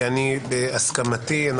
בהסכמתי,